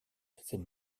cette